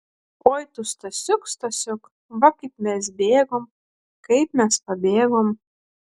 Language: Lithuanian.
oi tu stasiuk stasiuk va kaip mes bėgom kaip mes pabėgom